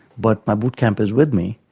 but my boot camp is with me,